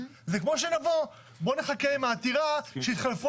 זה כמו שנבוא ונגיד שנחכה עם העתירה שיתחלפו